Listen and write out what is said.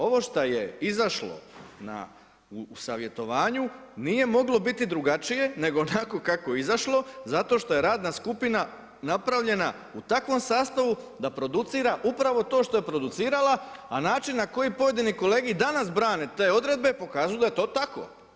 Ovo šta je izašlo na savjetovanju nije moglo biti drugačije nego onako kako je izašlo zato što je radna skupina napravljena u takvom sastavu da producira upravo to što je producirala, a način na koji pojedini kolege i danas brane te odredbe pokazuju da je to tako.